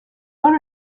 owner